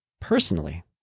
personally